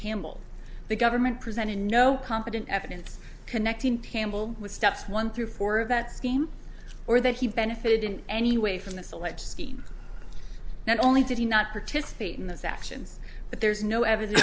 campbell the government presented no competent evidence connecting campbell with steps one through four of that scheme or that he benefited in any way from this alleged scheme not only did he not participate in those actions but there's no evidence